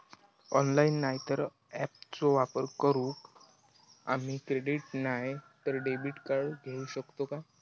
Online नाय तर ऍपचो वापर करून आम्ही क्रेडिट नाय तर डेबिट कार्ड घेऊ शकतो का?